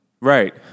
right